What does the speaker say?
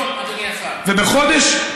איפה למדת בבית ספר תיכון,